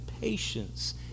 patience